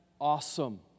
awesome